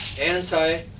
anti